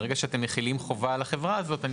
ברגע שאתם מחילים חובה על החברה הזאת אני